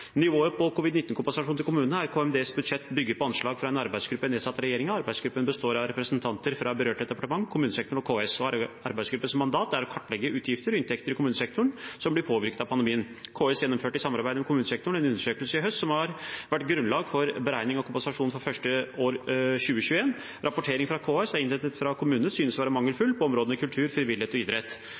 Nivået på covid-19-kompensasjonen til kommunene over KMDs budsjett bygger på anslag fra en arbeidsgruppe nedsatt av regjeringen. Arbeidsgruppen består av representanter fra berørte departementer, kommunesektoren og KS. Arbeidsgruppens mandat er å kartlegge utgifter og inntekter som blir påvirket av pandemien i kommunesektoren. KS gjennomførte i samarbeid med kommunesektoren i høst en undersøkelse som har vært grunnlag for beregning av kompensasjon for første halvår 2021. Rapporteringen KS har innhentet fra kommunene, synes å være mangelfull på områdene kultur, frivillighet og idrett.